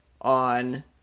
on